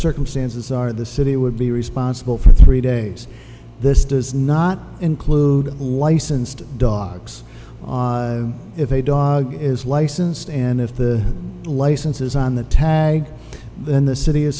circumstances are the city would be responsible for three days this does not include licensed dogs if a dog is licensed and if the license is on the tag then the city is